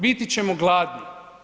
Biti ćemo gladni.